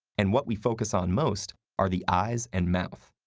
and what we focus on most are the eyes and mouth.